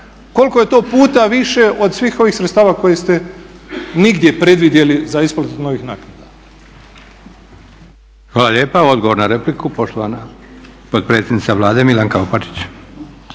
Koliko je to puta više od svih ovih sredstava koje ste nigdje predvidjeli za isplatu novih naknada? **Leko, Josip (SDP)** Hvala lijepa. Odgovor na repliku poštovana potpredsjednica Vlade Milanka Opačić.